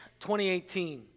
2018